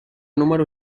número